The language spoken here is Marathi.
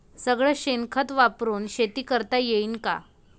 सगळं शेन खत वापरुन शेती करता येईन का?